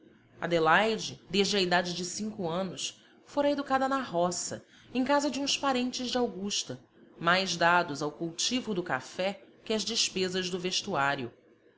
adelaide desde a idade de cinco anos fora educada na roça em casa de uns parentes de augusta mais dados ao cultivo do café que às despesas do vestuário